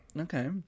Okay